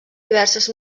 diverses